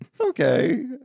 Okay